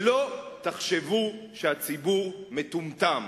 שלא תחשבו שהציבור מטומטם.